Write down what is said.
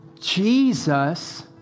Jesus